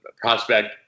prospect